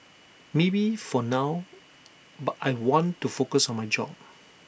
maybe for now but I want to focus on my job